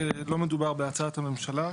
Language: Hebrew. לא מדובר בהצעת ממשלה,